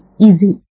easy